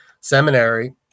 Seminary